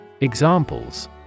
Examples